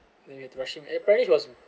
then we have to rush apparently he was